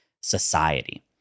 society